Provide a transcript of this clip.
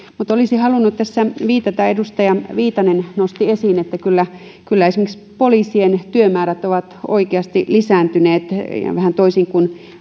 mutta olisin halunnut tässä viitata siihen minkä edustaja viitanen nosti esiin että kyllä kyllä esimerkiksi poliisien työmäärät ovat oikeasti lisääntyneet vähän toisin kuin